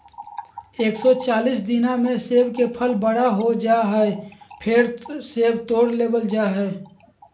एक सौ चालीस दिना मे सेब के फल बड़ा हो जा हय, फेर सेब तोड़ लेबल जा हय